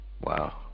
Wow